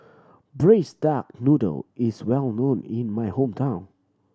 Braised Duck Noodle is well known in my hometown